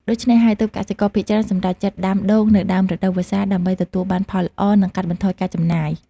ដូច្នេះហើយ ទើបកសិករភាគច្រើនសម្រេចចិត្តដាំដូងនៅដើមរដូវវស្សាដើម្បីទទួលបានផលល្អ និងកាត់បន្ថយការចំណាយ។